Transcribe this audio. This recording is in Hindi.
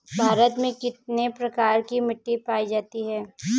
भारत में कितने प्रकार की मिट्टी पाई जाती है?